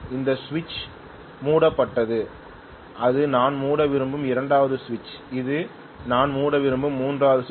இந்த சுவிட்ச் மூடப்பட்டது இது நான் மூட விரும்பும் இரண்டாவது சுவிட்ச் இது நான் மூட விரும்பும் மூன்றாவது சுவிட்ச்